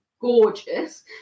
gorgeous